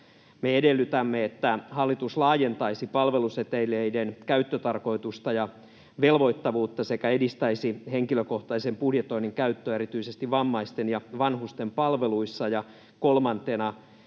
edellytämme, että hallitus laajentaisi palveluseteleiden käyttötarkoitusta ja velvoittavuutta sekä edistäisi henkilökohtaisen budjetoinnin käyttöä erityisesti vammaisten ja vanhusten palveluissa.